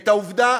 את העובדה,